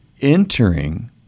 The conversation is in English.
entering